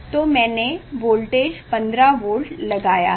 तो मैंने voltage 15 volt लगाया है